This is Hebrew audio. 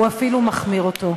הוא אפילו מחמיר אותו.